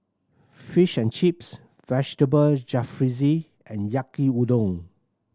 Fish and Chips Vegetable Jalfrezi and Yaki Udon